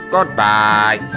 Goodbye